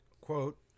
Quote